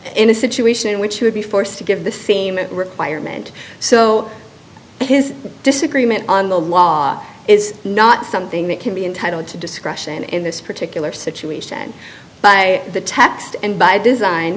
in a situation in which he would be forced to give the same requirement so his disagreement on the law is not something that can be entitled to discretion in this particular situation by the text and by design